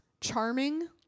charming